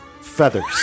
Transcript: feathers